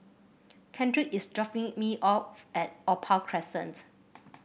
Kendrick is dropping me off at Opal Crescent